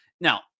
now